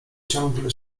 ciągle